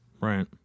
Right